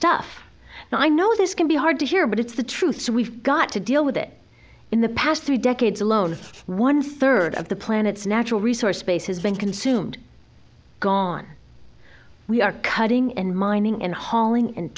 stuff and i know this can be hard to hear but it's the truth so we've got to deal with it in the past three decades alone one third of the planet's natural resource base has been consumed gone we are cutting and mining and hauling and